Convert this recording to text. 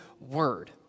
word